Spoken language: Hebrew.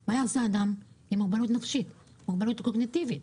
אבל מה יעשה אדם עם מוגבלות נפשית או מוגבלות קוגניטיבית?